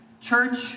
church